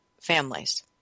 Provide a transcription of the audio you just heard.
families